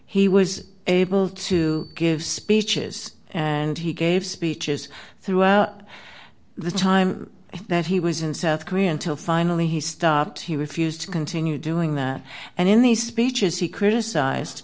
he was able to give speeches and he gave speeches throughout the time that he was in south korea until finally he stopped he refused to continue doing that and in these speeches he criticized